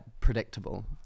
Predictable